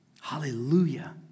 Hallelujah